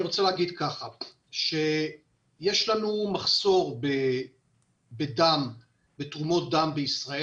אני רוצה לומר שיש לנו מחסור בתרומות דם בישראל.